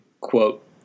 Quote